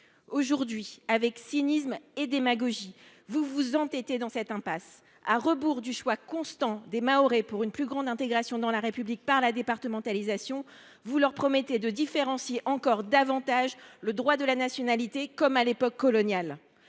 Aujourd’hui, de manière cynique et démagogique, vous vous entêtez dans cette impasse. À rebours du choix constant des Mahorais d’une plus grande intégration dans la République par la départementalisation, vous leur promettez de différencier encore davantage le droit de la nationalité, comme à l’époque coloniale.